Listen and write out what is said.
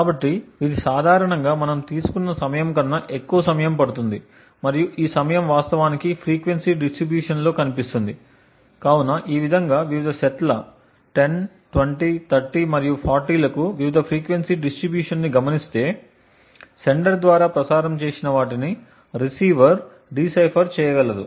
కాబట్టి ఇది సాధారణంగా మనం తీసుకున్న సమయం కన్నా ఎక్కువ సమయం పడుతుంది మరియు ఈ సమయం వాస్తవానికి ఫ్రీక్వెన్సీ డిస్ట్రిబ్యూషన్లో కనిపిస్తుంది కాబట్టి ఈ విధంగా వివిధ సెట్ల 10 20 30 మరియు 40 లకు వివిధ ఫ్రీక్వెన్సీ డిస్ట్రిబ్యూషన్ ని గమనిస్తే సెండర్ ద్వారా ప్రసారం చేసిన వాటిని రిసీవర్ డిసైఫర్ చేయగలదు